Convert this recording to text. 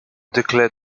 declared